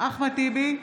אחמד טיבי,